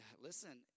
listen